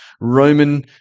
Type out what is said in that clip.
Roman